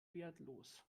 wertlos